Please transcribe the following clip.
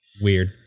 Weird